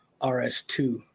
rs2